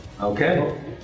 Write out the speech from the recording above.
Okay